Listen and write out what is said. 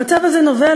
המצב הזה נובע,